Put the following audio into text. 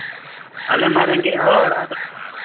ᱟᱞᱮᱢᱟ ᱨᱮᱸᱜᱮᱡ ᱦᱚᱲ ᱟᱫᱚ